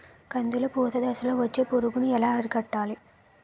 కందిలో పూత దశలో వచ్చే పురుగును ఎలా అరికట్టాలి?